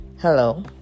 Hello